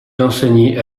enseignait